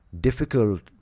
difficult